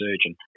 surgeon